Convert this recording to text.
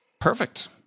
Perfect